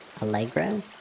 Allegro